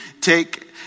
take